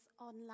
online